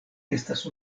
estas